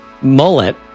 mullet